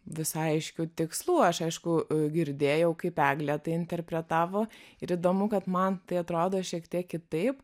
visai aiškių tikslų aš aišku girdėjau kaip eglė tai interpretavo ir įdomu kad man tai atrodo šiek tiek kitaip